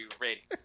ratings